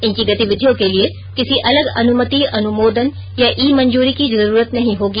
इनकी गतिविधियों के लिए किसी अलग अनुमति अनुमोदन या ई मंजूरी की जरूरत नहीं होगी